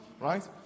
right